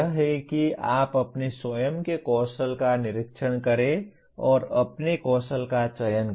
यह है कि आप अपने स्वयं के कौशल का निरीक्षण करें और अपने कौशल का चयन करें